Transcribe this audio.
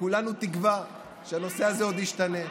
כולנו תקווה שהנושא הזה עוד ישתנה.